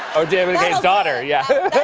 or john mccain's daughter. yeah.